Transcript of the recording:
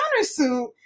countersuit